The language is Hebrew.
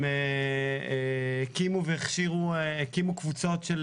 הם הקימו והכשירו, הקימו קבוצות של